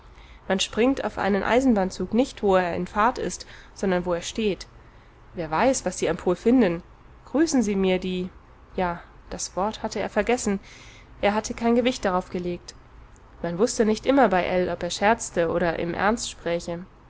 man springt auf einen eisenbahnzug nicht wo er in fahrt ist sondern wo er steht wer weiß was sie am pol finden grüßen sie mir die ja das wort hatte er vergessen er hatte kein gewicht darauf gelegt man wußte nicht immer bei ell ob er scherze oder im ernst spräche